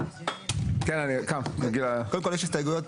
יש הסתייגויות,